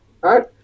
right